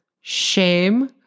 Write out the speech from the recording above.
Shame